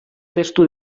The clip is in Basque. testu